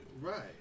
Right